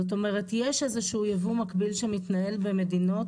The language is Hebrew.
זאת אומרת יש איזה שהוא יבוא מקביל שמתנהל במדינות